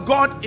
God